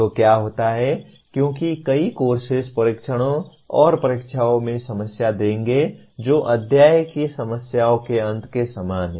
तो क्या होता है क्योंकि कई कोर्सेस परीक्षणों और परीक्षाओं में समस्याएं देंगे जो अध्याय की समस्याओं के अंत के समान हैं